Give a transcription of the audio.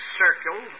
circle